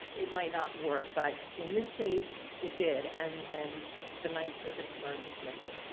it might not work. but, in this case, it did, and and the ninth circuit affirmed dismissal.